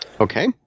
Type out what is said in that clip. Okay